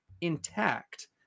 intact